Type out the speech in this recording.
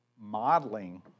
modeling